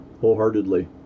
Wholeheartedly